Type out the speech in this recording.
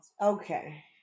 okay